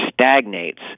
stagnates